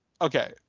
Okay